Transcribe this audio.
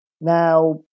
now